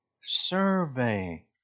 survey